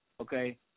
Okay